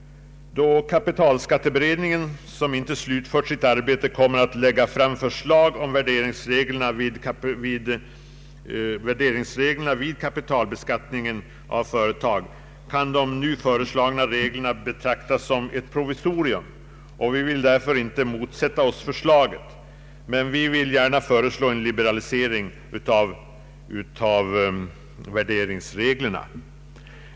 Då kapitalskatteberedningen, som inte slutfört sitt arbete, kommer att framdeles lägga fram sitt förslag om värderingsreglerna vid kapitalbeskattning av företag kan de nu föreslagna reglerna betraktas som ett provisorium, och vi vill därför inte motsätta oss detta förslag. Men vi vill gärna föreslå en liberalisering av värderingsreglerna.